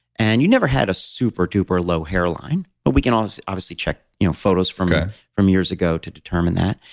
and you never had a super-duper low hairline but we can um obviously check you know photos from from years ago to determine that.